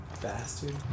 bastard